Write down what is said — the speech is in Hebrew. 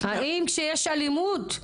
האם כשיש אלימות,